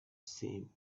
same